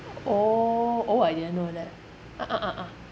oh oh I didn't know that ah ah ah ah